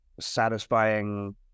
satisfying